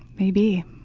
maybe.